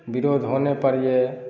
विरोध होने पर यह